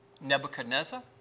Nebuchadnezzar